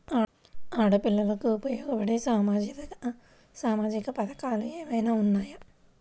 ఆడపిల్లలకు ఉపయోగపడే సామాజిక పథకాలు ఏమైనా ఉన్నాయా?